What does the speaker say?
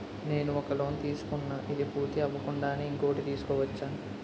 నేను ఒక లోన్ తీసుకున్న, ఇది పూర్తి అవ్వకుండానే ఇంకోటి తీసుకోవచ్చా?